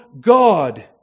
God